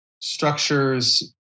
structures